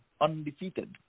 undefeated